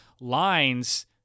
lines